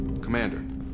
Commander